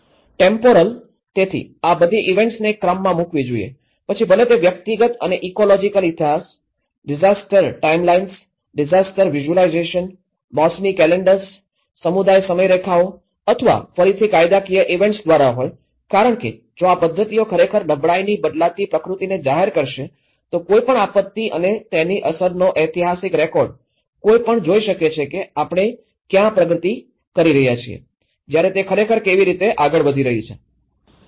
temporal તેથી આ બધી ઇવેન્ટ્સને એક ક્રમમાં મૂકવી પછી ભલે તે વ્યક્તિગત અને ઇકોલોજીકલ ઇતિહાસ ડિઝાસ્ટર ટાઇમલાઈન્સ ડિઝાસ્ટર વિઝ્યુલાઇઝેશન મોસમી કેલેન્ડર્સ સમુદાય સમયરેખાઓ અથવા ફરીથી કાયદાકીય ઇવેન્ટ્સ દ્વારા હોય કારણ કે જો આ પદ્ધતિઓ ખરેખર નબળાઈની બદલાતી પ્રકૃતિને જાહેર કરશે તો કોઈ પણ આપત્તિ અને તેની અસરનો ઐતિહાસિક રેકોર્ડ કોઈ પણ જોઈ શકે છે કે આપણે ક્યાં પ્રગતિ કરી રહ્યા છીએ જ્યાં તે ખરેખર કેવી રીતે આગળ વધી રહી છે